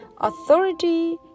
authority